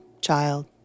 child